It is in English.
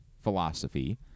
philosophy